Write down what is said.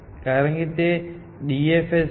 કારણ કે તે DFS છે